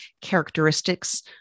characteristics